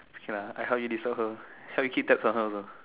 okay lah I help you reserve her help you keep tabs on her also